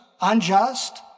unjust